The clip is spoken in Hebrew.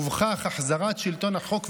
ובכך החזרת שלטון החוק והמשילות,